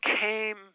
came